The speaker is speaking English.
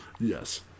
Yes